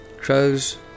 Crows